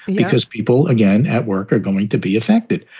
because people, again, at work are going to be affected.